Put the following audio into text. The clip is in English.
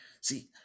see